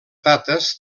dates